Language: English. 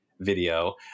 video